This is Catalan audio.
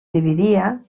dividia